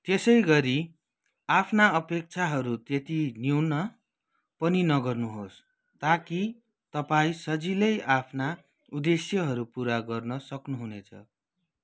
त्यसै गरी आफ्ना अपेक्षाहरू त्यति न्यून पनि नगर्नुहोस् ताकि तपाईँँ सजिलै आफ्ना उद्देश्यहरू पुरा गर्न सक्नुहुनेछ